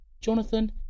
Jonathan